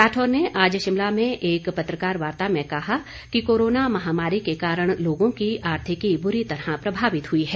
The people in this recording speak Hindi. राठौर ने आज शिमला में एक पत्रकार वार्ता में कहा कि कोरोना महामारी के कारण लोगों की आर्थिकी बुरी तरह प्रभावित हुई है